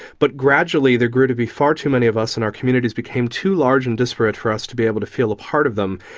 but gradually there grew to be far too many of us, and our communities became too large and disparate for us to be able to feel a part of them,